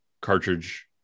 cartridge